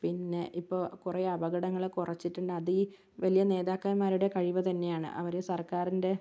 പിന്നെ ഇപ്പോൾ കുറെ അപകടങ്ങളെ കുറച്ചിട്ടുണ്ട് അത് ഈ വലിയ നേതാക്കന്മാരുടെ കഴിവ് തന്നെയാണ് അവര് സർക്കാരിൻ്റെ